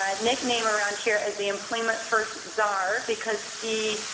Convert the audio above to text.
ah nickname around here as the employment first czar, because he,